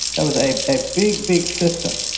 it was a a big, big system.